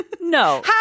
no